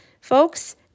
folks